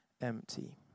empty